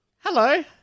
hello